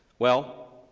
well,